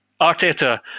Arteta